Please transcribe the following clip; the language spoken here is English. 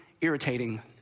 irritating